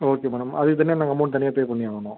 okay madam அதுக்குத்தனியாக நாங்கள் amount தனியாக பே பண்ணியாகணும்